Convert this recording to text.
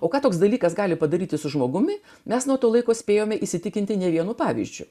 o kad toks dalykas gali padaryti su žmogumi nes nuo to laiko spėjome įsitikinti ne vienu pavyzdžiu